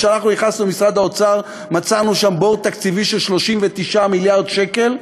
כשאנחנו נכנסנו למשרד האוצר מצאנו שם בור תקציבי של 39 מיליארד שקל,